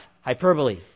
Hyperbole